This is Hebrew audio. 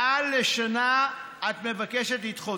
מעל לשנה את מבקשת לדחות.